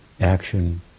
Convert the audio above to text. Action